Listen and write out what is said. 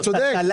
אתה צודק.